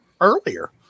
earlier